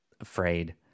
afraid